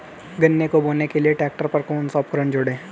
गन्ने को बोने के लिये ट्रैक्टर पर कौन सा उपकरण जोड़ें?